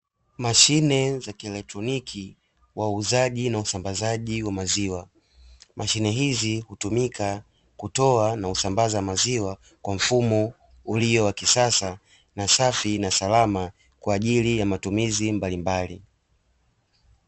Mashine za kielektroniki, wauzaji na wasambazaji wa maziwa. Mashine hizi hutumika kutoa na kusambaza maziwa kwa mfumo ulio wa kisasa na safi na salama kwa ajili ya matumizi mbalimbali.